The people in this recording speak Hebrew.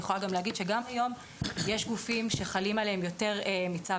אני יכולה לומר שגם היום יש גופים שחלים עליהם יותר מצו